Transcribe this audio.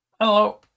hello